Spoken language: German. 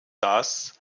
das